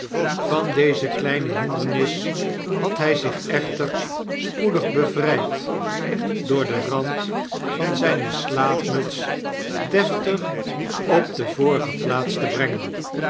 van deze kleine hindernis had hj zich echter spoedig bevrjjd door den rand van zijne slaapmuts deftig op de vorige plaats te brengen